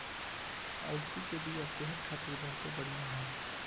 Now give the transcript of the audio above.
अलसी के बिया सेहत खातिर बहुते बढ़िया ह